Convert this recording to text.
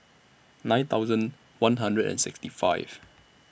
nine thousand one hundred and sixty five